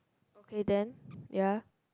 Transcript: okay then ya